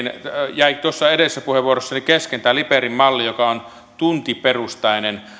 jäi tuossa edellisessä puheenvuorossani kesken tämä liperin malli joka on tuntiperustainen